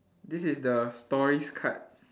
this is the stories card